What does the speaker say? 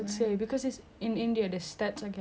although in singapore they only say like macam